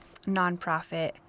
nonprofit